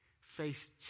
face